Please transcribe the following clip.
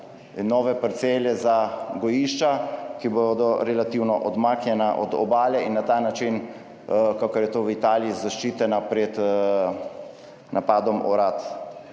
nove parcele za gojišča, ki bodo relativno odmaknjena od obale in na ta način, kakor je to v Italiji, zaščitena pred napadom orad.